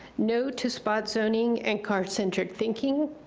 no to spot zoning and car-centric thinking.